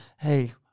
hey